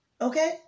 okay